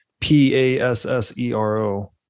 P-A-S-S-E-R-O